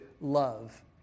love